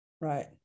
Right